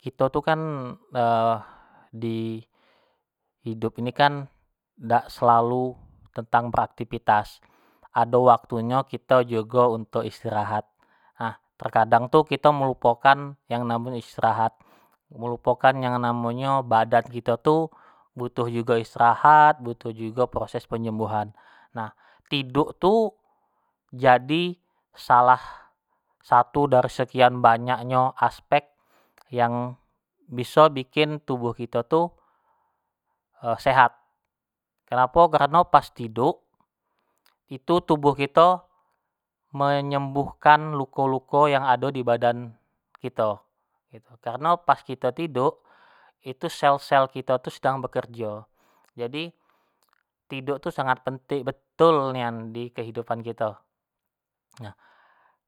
Kito tu kan di hidup ini kan dak selalu tentang beraktivitas. ado waktunyo kito jugo untuk beristirahat, nah terkadang tu kito meluokan yang namonyo istirahat, melupokan yang namonyo badan kito tu butuh jugo istirahat, butuh jugon proses penyembuhan, nah tiduk tuh jadi salah satu dari sekian banyak nyo aspek yang biso bikin tubuh kiti tu sehat, kenapo, kareno pas tiduk itu tubuh kito, mneyembyhkan luko-luko yang ado di badan kito. kareno pas kito tiduk, itu sel-sel kito tu sedang bekerjo, jadi tiduk tu sangat penting betul nian di kehidupan kito,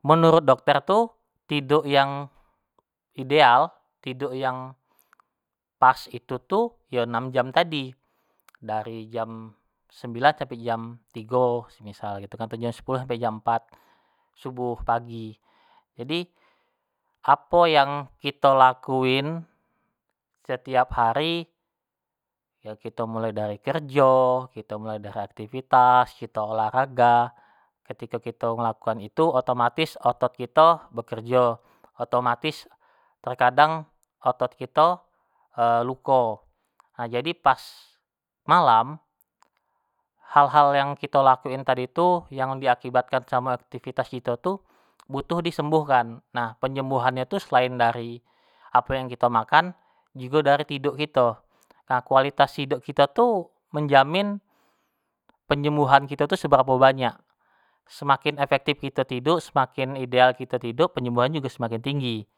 menurut dokter tu tiduk yang ideal, tiduk yang pas itu tu, yo enam jam tadi, dari jam sembilan ke jam tigo atau jam sepuluh sampai jam empat shubuh pagi, jadi apo yang kito lakuin setiap hari, yo kito mulai dari kerjo, kito mulai dari aktivitas, kito olahraga, ketiko kito mulai melakukan itu otomatis otot kito bekerjo, otomatis, terkadang otot kito luko, nah jadi pas malam, hal-hal yang kito lakuin tadi tu, yang diakibatkan samo aktivitas kito tu butuh disembuhkan, nah penyembuhan nyo tuh selain dari apo yang kito makan, jugo dari tiduk kito, nah kualitas dari tiduk kito tu, menjamin penyembuhan kito tu seberapo banyak. semakin efektif kito tiduk, semakin ideal kito tiduk, penyembuhan nyo pun jugo semakin tinggi.